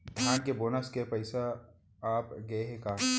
धान के बोनस के पइसा आप गे हे का?